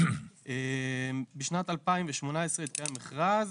בשנת 2018 התקיים מכרז